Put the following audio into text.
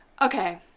Okay